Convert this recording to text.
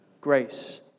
grace